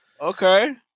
okay